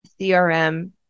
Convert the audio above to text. CRM